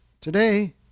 Today